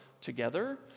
together